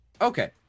Okay